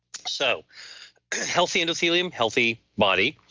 so healthy endothelium, healthy body,